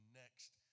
next